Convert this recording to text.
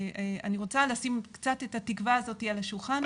אני רוצה לשים קצת את התקווה הזאתי על השולחן,